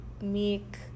make